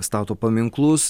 stato paminklus